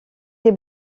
des